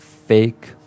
fake